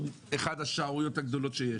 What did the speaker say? שהוא אחת השערוריות הגדולות שיש,